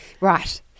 right